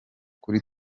kuri